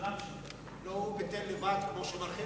ממשלה לבדו.